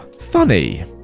Funny